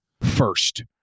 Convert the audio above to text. first